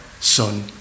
Son